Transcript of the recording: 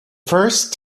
first